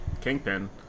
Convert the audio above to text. Kingpin